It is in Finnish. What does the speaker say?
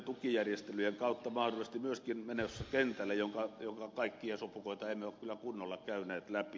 tukijärjestelyjen kautta kentälle jonka kaikkia sopukoita emme ole kyllä kunnolla käyneet läpi